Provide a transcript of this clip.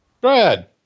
Brad